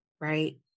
right